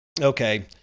Okay